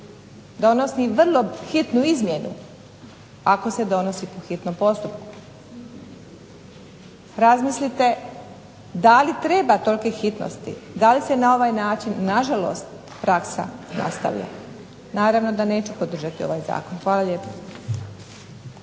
donosi vrlo hitnu izmjenu, ako se donosi po hitnom postupku. Razmislite da li treba tolike hitnosti, da li se na ovaj način na žalost praksa nastavlja. Naravno da neću podržati ovaj Zakon, hvala lijepo.